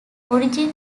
origin